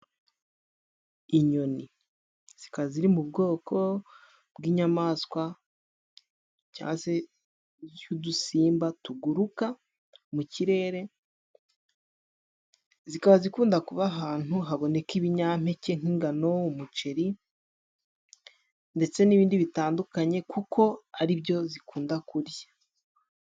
Inyoni ,zikaba ziri mu bwoko bw'inyamaswa cyangwa se y'udusimba tuguruka mu kirere zikaba zikunda kuba ahantu haboneka ibinyampeke, nk'ingano, umuceri ndetse n'ibindi bitandukanye ,kuko ari byo zikunda kurya.